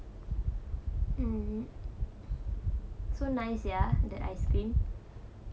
mm so nice ya the ice cream